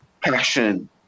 passion